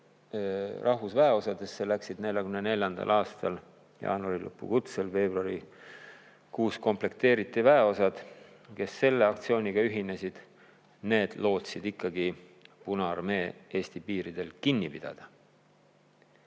rahvusväeosadesse läksid 1944. aasta jaanuari lõpus – veebruarikuus komplekteeriti väeosad –, kes selle aktsiooniga ühinesid, lootsid ikkagi Punaarmee Eesti piiridel kinni pidada.